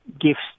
gifts